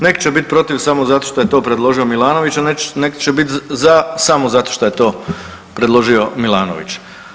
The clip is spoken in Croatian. Nek će biti protiv, samo zato što je to predložio Milanović, a neki će biti za samo zato što je to predložio Milanović.